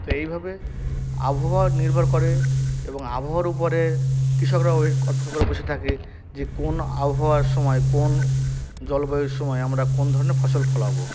তো এইভাবে আবহাওয়া নির্ভর করে এবং আবহাওয়ার উপরে কৃষকরাও ওই অপেক্ষা করে বসে থাকে যে কোন আবহাওয়ার সময় কোন জলবায়ুর সময় আমরা কোন ধরনের ফসল ফলাব